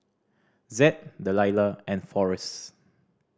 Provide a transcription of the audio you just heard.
Zed Delila and Forrest